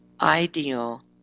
ideal